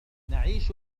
نعيش